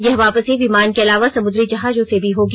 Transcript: यह वापसी विमान के अलावा समुद्री जहाजों से भी होगी